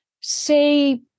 say